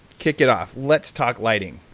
kick it off. let's talk lighting.